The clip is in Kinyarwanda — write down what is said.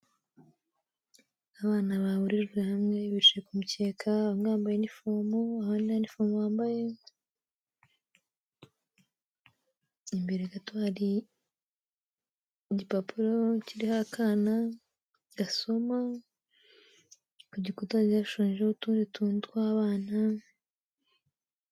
Abana bahurijwe hamwe bicaye ku mukeka bamwe bambaye inifomu abandi nta nifomu bambaye, imbere gato hari igipapuro kiriho akana gasoma, ku gikuta hagiye hashushanyijeho utundi tuntu tw'abana.